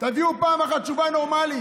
תביאו פעם אחת תשובה נורמלית.